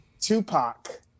Tupac